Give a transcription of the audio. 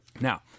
Now